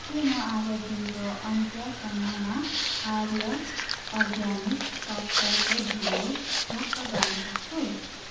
के म आज दिनको अन्त्यसम्ममा आर्य अर्ग्यानिक सक्खरको धुलो प्राप्त गर्नसक्छु